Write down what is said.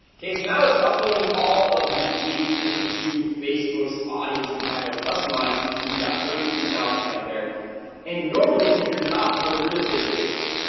okay. so now it's uploading all of these leads into facebook's audience we can have a customized so you can see we got thirty two thousand right there and normally, if you're not in the real estate space,